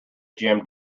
jammed